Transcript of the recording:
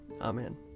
Amen